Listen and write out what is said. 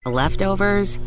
leftovers